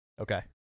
Okay